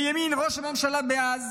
מימין ראש הממשלה דאז